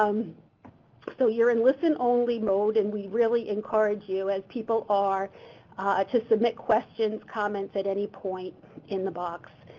um so you're in listen-only mode and we really encourage you as people are ah to submit questions, comments at any point in the box.